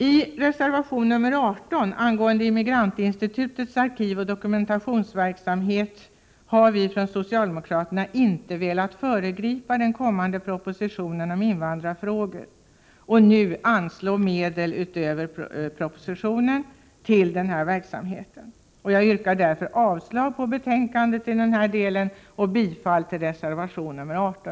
I reservation 18 angående Immigrantinstitutets arkivoch dokumentationsverksamhet har vi från socialdemokraterna framhållit att vi inte vill föregripa den kommande propositionen om invandrarfrågor och nu anslå medel till denna verksamhet. Jag yrkar därför avslag på utskottets förslag i denna del och bifall till reservation 18.